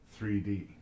3D